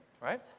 right